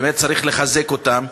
באמת צריך לחזק אותם.